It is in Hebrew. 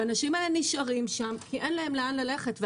האנשים האלה נשארים שם כי אין להם לאן ללכת.